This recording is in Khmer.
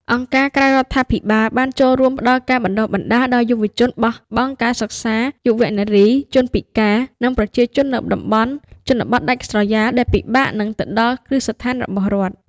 អង្គការក្រៅរដ្ឋាភិបាលបានចូលរួមផ្តល់ការបណ្តុះបណ្តាលដល់យុវជនបោះបង់ការសិក្សា យុវនារី ជនពិការ និងប្រជាជននៅតំបន់ជនបទដាច់ស្រយាលដែលពិបាកនឹងទៅដល់គ្រឹះស្ថានរបស់រដ្ឋ។